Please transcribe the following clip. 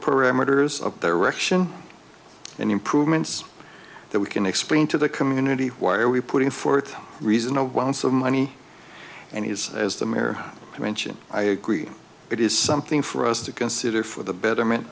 parameters of direction and improvements that we can explain to the community why are we putting forth a reason no one so money and he's as the mayor i mention i agree it is something for us to consider for the betterment